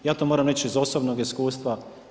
Ja to moram reći iz osobnog iskustva.